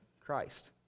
Christ